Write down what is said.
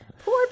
Poor